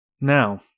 Now